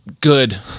good